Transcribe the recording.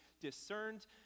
discerned